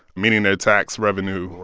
meaning their tax revenue.